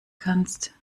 kannst